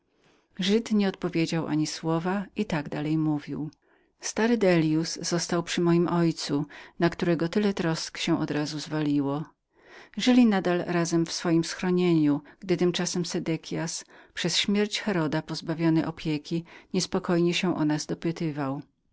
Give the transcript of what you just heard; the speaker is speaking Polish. żyd nie odpowiedział ani słowa i tak dalej mówił stary dellius pozostał przy moim ojcu na którego tyle trosk odrazu się zwaliło żyli więc razem w naszem schronieniu gdy tymczasem sedekias przez śmierć heroda pozbawiony opieki niespokojnie o nas się dopytywał